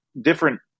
different